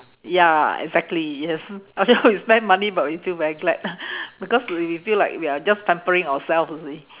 ya exactly yes although we spend money but we feel very glad because we feel like we are just pampering ourselves you see